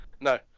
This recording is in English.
No